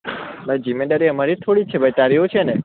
ભાઈ જિમ્મેદારી અમારી જ થોડી છે ભાઈ તારી હોવ છે ને